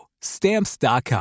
Stamps.com